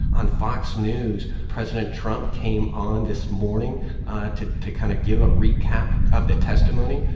on fox news, president trump came on this morning to to kind of give a recap of the testimony.